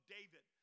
David